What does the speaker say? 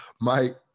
Mike